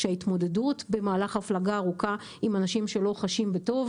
שההתמודדות במהלך הפלגה ארוכה עם אנשים שלא חשים בטוב